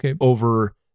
over